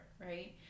right